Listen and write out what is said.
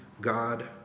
God